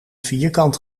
vierkant